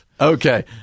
okay